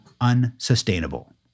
unsustainable